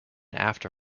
after